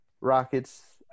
Rockets